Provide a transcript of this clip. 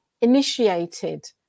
initiated